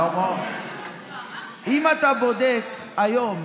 אם אתה בודק היום